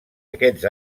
aquests